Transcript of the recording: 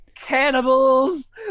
Cannibals